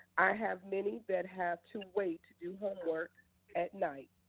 i have many that have to wait to do homework at night.